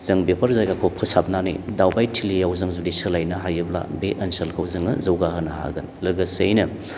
जों बेफोर जायगाखौ फोसाबनानै दावबाय थिलियाव जों जुदि सोलायनो हायोब्ला बे ओनसोलखौ जोङो जौगाहोनो हागोन लोगोसेयैनो